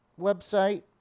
website